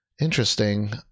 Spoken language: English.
interesting